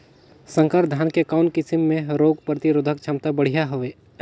संकर धान के कौन किसम मे रोग प्रतिरोधक क्षमता बढ़िया हवे?